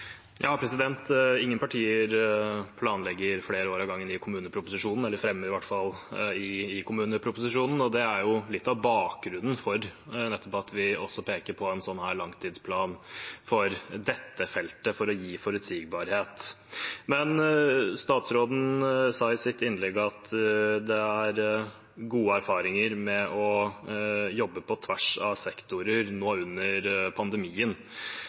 Ingen partier planlegger for flere år av gangen i kommuneproposisjonen eller i hvert fall fremmer det i kommuneproposisjon. Det er litt av bakgrunnen for at vi peker på en langtidsplan for dette feltet, for å gi forutsigbarhet. Statsråden sa i sitt innlegg at det er gode erfaringer med å jobbe på tvers av sektorer nå under pandemien,